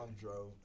drove